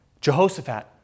Jehoshaphat